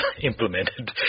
implemented